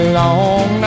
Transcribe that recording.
long